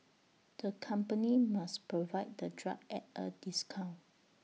the company must provide the drug at A discount